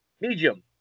Medium